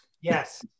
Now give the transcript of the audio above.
Yes